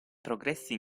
progressi